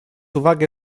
uwagę